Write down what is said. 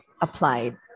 applied